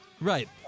Right